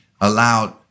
allowed